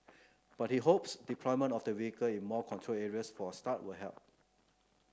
but he hopes deployment of the vehicle in more controlled areas for a start will help